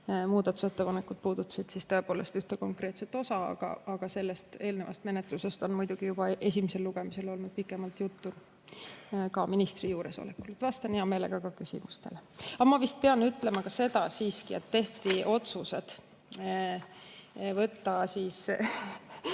Muudatusettepanekud puudutasid tõepoolest ühte konkreetset osa, aga sellest eelnevast menetlusest on muidugi juba esimesel lugemisel olnud pikemalt juttu ka ministri juuresolekul. Vastan hea meelega ka küsimustele. Aga ma pean ütlema ka seda, et tehti otsused võtta eelnõu